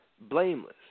blameless